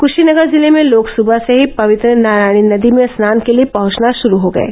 कुशीनगर जिले में लोग सुबह से ही पवित्र नारायणी नदी में स्नान के लिये पहुंचना शुरू हो गये